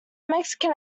mexican